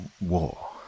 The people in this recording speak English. war